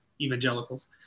evangelicals